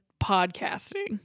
podcasting